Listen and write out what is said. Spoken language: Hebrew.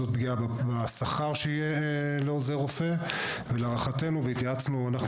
זאת פגיעה בשכר שיהיה לעוזר רופא; ולהערכתנו והתייעצנו אנחנו